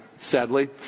sadly